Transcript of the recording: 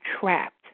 trapped